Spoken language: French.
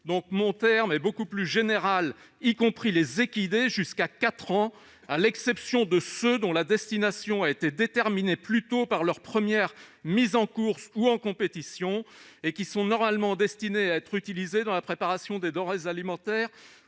est ainsi beaucoup plus général, comprenant les équidés jusqu'à 4 ans, à l'exception de ceux dont la destination a été déterminée plus tôt par leurs premières mises en course ou en compétition, et qui sont normalement destinés à être utilisés dans la préparation des denrées alimentaires